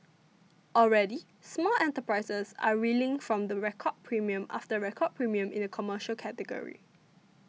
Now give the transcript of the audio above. already small enterprises are reeling from record premium after record premium in the commercial category